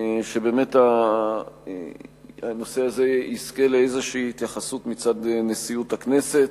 ואני מקווה שהנושא הזה באמת יזכה להתייחסות כלשהי מצד נשיאות הכנסת.